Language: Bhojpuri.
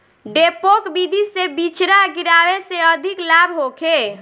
डेपोक विधि से बिचरा गिरावे से अधिक लाभ होखे?